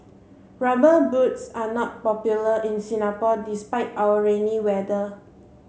rubber boots are not popular in Singapore despite our rainy weather